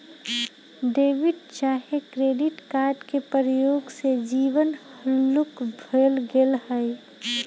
debit चाहे credit card के प्रयोग से जीवन हल्लुक भें गेल हइ